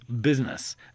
business